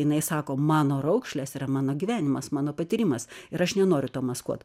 jinai sako mano raukšlės yra mano gyvenimas mano patyrimas ir aš nenoriu to maskuot